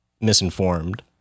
misinformed